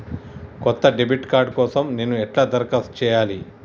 కొత్త debit card కోసం నేను ఎట్లా దరఖాస్తు చేయాలి?